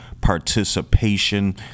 participation